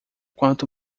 quanto